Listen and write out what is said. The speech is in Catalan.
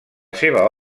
seva